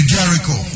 Jericho